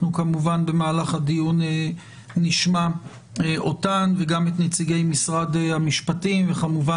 במהלך הדיון נשמע אותם וגם את נציגי משרד המשפטים וכמובן